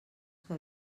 que